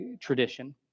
tradition